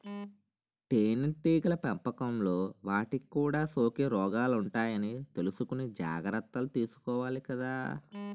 తేనెటీగల పెంపకంలో వాటికి కూడా సోకే రోగాలుంటాయని తెలుసుకుని జాగర్తలు తీసుకోవాలి కదా